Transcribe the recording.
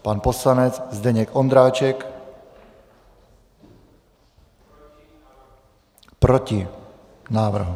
Pan poslanec Zdeněk Ondráček: Proti návrhu.